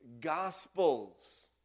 Gospels